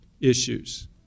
issues